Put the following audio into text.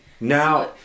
Now